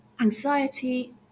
Anxiety